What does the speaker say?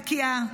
בקיאה.